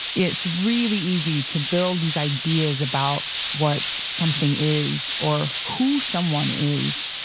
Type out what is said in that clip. it's really easy to build these ideas about what something is or who someone is.